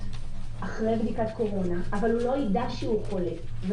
לאחר בדיקת קורונה אבל הוא לא יידע שהוא חולה.